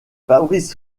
fabrice